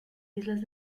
islas